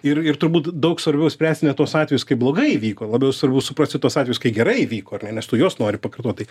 ir ir turbūt daug svarbiau spręsime tuos atvejus kai blogai įvyko labiau svarbu suprasti tuos atvejus kai gerai įvyko ar ne nes tu juos nori pakartot tai